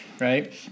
right